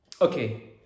Okay